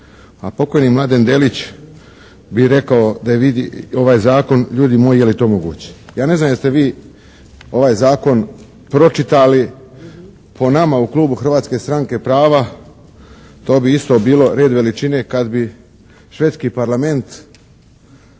A pokojni Mladen Delić bi rekao da vidi ovaj zakon "ljudi moji je li to moguće". Ja ne znam jeste vi ovaj zakon pročitali, po nama u klubu Hrvatske stranke prava to bi isto bilo red veličine kad bi švedski parlament